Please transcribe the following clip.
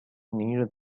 near